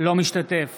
אינו משתתף